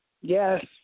Yes